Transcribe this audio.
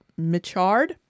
Michard